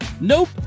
Nope